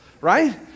right